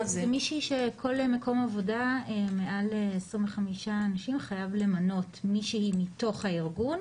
זה מישהי שכל מקום עבודה מעל 25 אנשים חייב למנות מישהו מתוך הארגון,